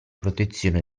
protezione